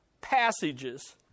passages